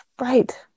right